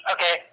Okay